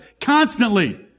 constantly